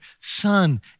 Son